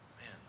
Man